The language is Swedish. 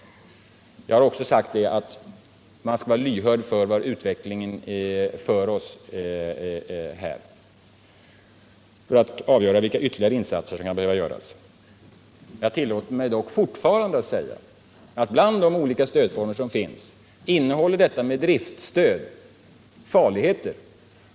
Jag har även sagt att man skall vara lyhörd för vart utvecklingen för oss för att kunna avgöra vilka ytterligare insatser som kan behöva göras. Jag tillåter mig dock fortfarande att säga att bland de olika stödformer som finns innehåller detta med driftsstöd farligheter.